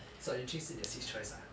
so yuan ching 是你的 sixth choice ah